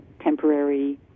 temporary